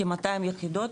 כ-200 יחידות